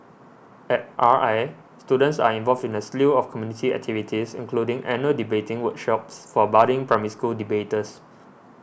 at R I students are involved in a slew of community activities including annual debating workshops for budding Primary School debaters